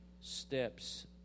steps